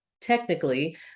technically